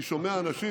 אני שומע אנשים,